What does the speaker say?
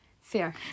Fair